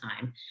time